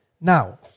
Now